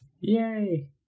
Yay